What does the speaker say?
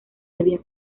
habían